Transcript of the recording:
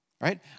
Right